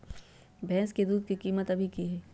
भैंस के दूध के कीमत अभी की हई?